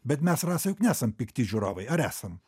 bet mes rasa juk nesam pikti žiūrovai ar esam